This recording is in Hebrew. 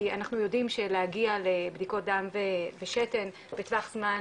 כי אנחנו יודעים שלהגיע לבדיקות דם ושתן בטווח זמן